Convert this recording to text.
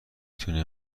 تونه